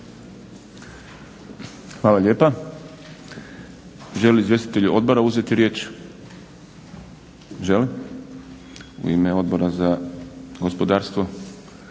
Hvala lijepa. Žele li izvjestitelji odbora uzeti riječ? Želi. U ime Odbora za gospodarstvo